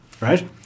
Right